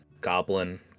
goblin